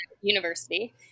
university